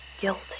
guilty